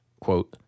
quote